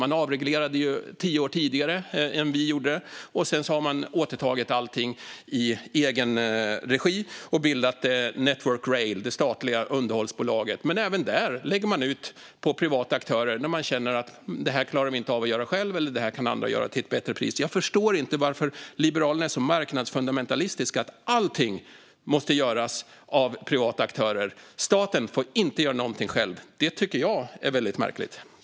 Där avreglerade man tio år tidigare än vi gjorde. Sedan har man återtagit allting i egen regi och bildat Network Rail, det statliga underhållsbolaget. Men även där lägger man ut en del på privata aktörer när man känner att det är något man inte klarar av att göra själv eller när andra kan göra det till ett bättre pris. Jag förstår inte varför Liberalerna är så marknadsfundamentalistiska. Allting måste göras av privata aktörer. Staten får inte göra någonting själv. Det tycker jag är väldigt märkligt.